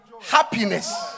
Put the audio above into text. happiness